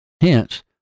Hence